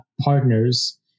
partners